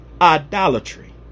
idolatry